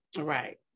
Right